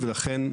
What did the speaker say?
ולכן,